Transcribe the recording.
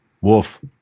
Wolf